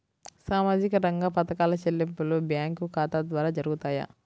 సామాజిక రంగ పథకాల చెల్లింపులు బ్యాంకు ఖాతా ద్వార జరుగుతాయా?